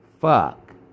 Fuck